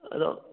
ꯑꯗꯣ